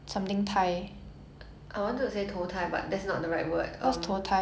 reincarnate